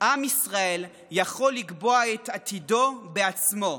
עם ישראל יכול לקבוע את עתידו בעצמו,